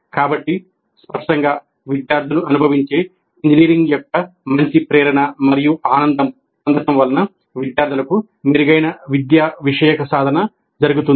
కాబట్టి స్పష్టంగా విద్యార్థులు అనుభవించే ఇంజనీరింగ్ యొక్క మంచి ప్రేరణ మరియు ఆనందం పొందటం వలన విద్యార్థులకు మెరుగైన విద్యావిషయక సాధన జరుగుతుంది